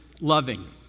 loving